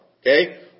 Okay